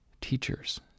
Teachers